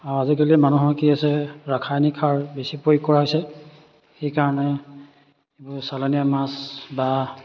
আৰু আজিকালি মানুহৰ কি আছে ৰাসায়নিক সাৰ বেছি প্ৰয়োগ কৰা হৈছে সেইকাৰণে এইবোৰ চালনীয়া মাছ বা